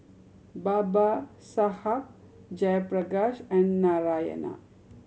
Babasaheb Jayaprakash and Narayana